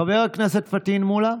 חבר הכנסת פטין מולה.